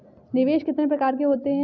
निवेश कितने प्रकार के होते हैं?